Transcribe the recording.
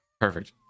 perfect